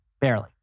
Barely